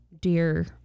dear